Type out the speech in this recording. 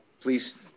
please